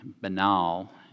banal